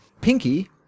Pinky